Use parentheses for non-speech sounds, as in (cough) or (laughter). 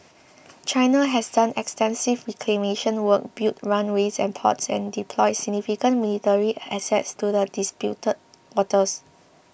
(noise) China has done extensive reclamation work built runways and ports and deployed significant military assets to the disputed waters